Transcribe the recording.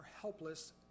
helpless